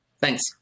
Thanks